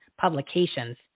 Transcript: publications